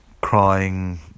crying